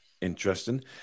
Interesting